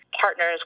partners